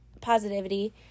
positivity